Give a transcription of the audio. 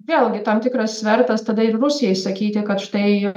vėlgi tam tikras svertas tada ir rusijai sakyti kad štai